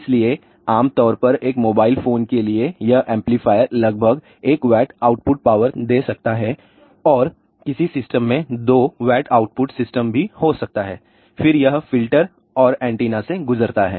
इसलिए आम तौर पर एक मोबाइल फोन के लिए यह एम्पलीफायर लगभग 1W आउटपुट पावर दे सकता है और किसी सिस्टम में 2 W आउटपुट सिस्टम भी हो सकता है फिर यह फिल्टर और एंटीना से गुजरता है